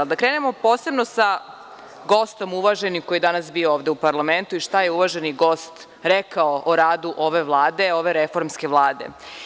Ali, da krenemo posebno sa gostom uvaženim koji je danas bio ovde u parlamentu i šta je uvaženi gost rekao o radu ove Vlade, ove reformske Vlade.